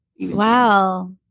Wow